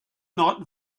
not